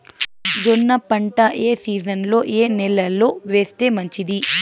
జొన్న పంట ఏ సీజన్లో, ఏ నెల లో వేస్తే మంచిది?